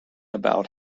about